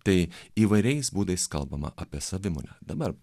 tai įvairiais būdais kalbama apie savimonę dabar